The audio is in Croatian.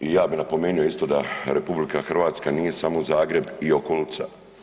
I ja bih napomenuo isto da RH nije samo Zagreb i okolica.